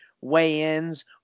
weigh-ins